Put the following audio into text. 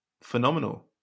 phenomenal